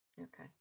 Okay